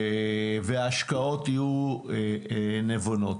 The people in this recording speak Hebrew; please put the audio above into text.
וההשקעות יהיו נבונות.